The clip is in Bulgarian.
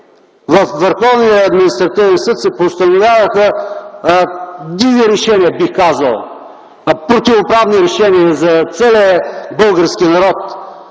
във Върховния административен съд се постановяваха диви решения, бих казал, противоправни решения за целия български народ